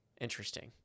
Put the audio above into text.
Interesting